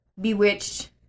bewitched